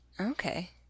Okay